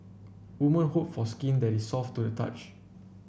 women hope for skin that is soft to the touch